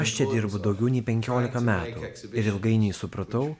aš čia dirbu daugiau nei penkiolika metų ir ilgainiui supratau